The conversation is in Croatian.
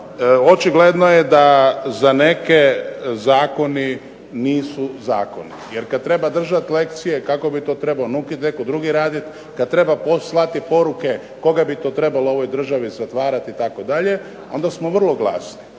očigledno je da za neke Zakoni nisu zakoni. Jer kada treba držati lekcije kako bi to trebao netko drugi raditi, kada treba slati poruke koga bi to trebali u ovoj državi zatvarati onda smo vrlo glasni.